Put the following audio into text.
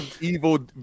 evil